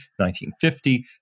1950